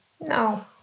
No